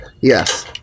Yes